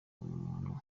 umuntu